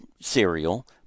cereal